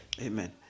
Amen